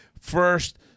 First